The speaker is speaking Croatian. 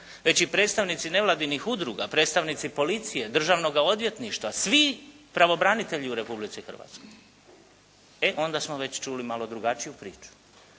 već i predstavnici nevladinih udruga, predstavnici policije, Državnoga odvjetništva, svi pravobranitelji u Republici Hrvatskoj e onda smo već čuli malo drugačiju priču.